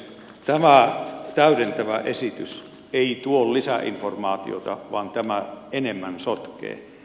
tämä täydentävä esitys ei tuo lisäinformaatiota vaan tämä enemmän sotkee